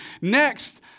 Next